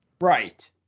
right